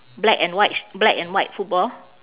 black and white s~ black and white football